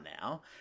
now